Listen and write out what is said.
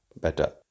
better